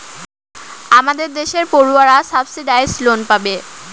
আমাদের দেশের পড়ুয়ারা সাবসিডাইস লোন পাবে